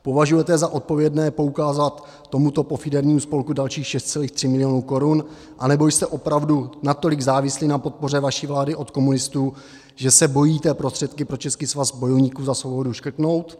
Považujete za odpovědné poukázat tomuto pofidérnímu spolku dalších 6,3 mil. korun, anebo jste opravdu natolik závislí na podpoře vaší vlády od komunistů, že se bojíte prostředky pro Český svaz bojovníků za svobodu škrtnout?